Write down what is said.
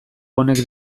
honek